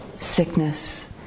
sickness